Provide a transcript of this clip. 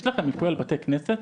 יש לכם מיפוי על בתי כנסת?